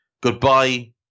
Goodbye